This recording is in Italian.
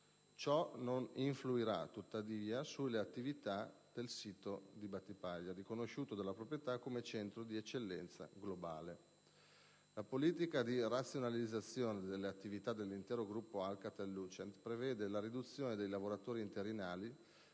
Ciò non influirà, tuttavia, sulle attività del sito, riconosciuto dalla proprietà come centro di eccellenza globale. La politica di razionalizzazione delle attività dell'intero gruppo Alcatel-Lucent prevede la riduzione dei lavoratori interinali,